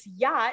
yacht